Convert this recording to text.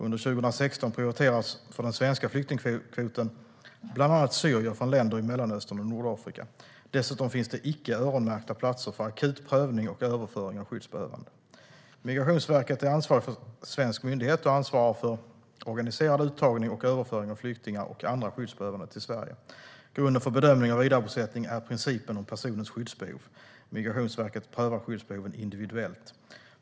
Under 2016 prioriteras för den svenska flyktingkvoten bland annat syrier från länder i Mellanöstern och Nordafrika. Dessutom finns det icke-öronmärkta platser för akut prövning och överföring av skyddsbehövande. Migrationsverket är ansvarig svensk myndighet och ansvarar för organiserad uttagning och överföring av flyktingar och andra skyddsbehövande till Sverige. Grunden för bedömning av vidarebosättning är principen om personens skyddsbehov. Migrationsverket prövar skyddsbehoven individuellt.